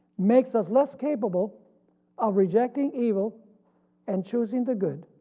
makes us less capable of rejecting evil and choosing the good,